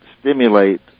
stimulate